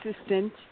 assistant